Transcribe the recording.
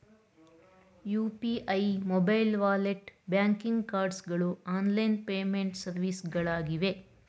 UPI, mobile wallet, banking cards ಗಳು online payment ಸರ್ವಿಸ್ಗಳಾಗಿವೆ